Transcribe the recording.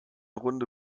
runde